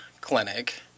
clinic